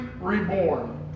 reborn